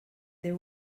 there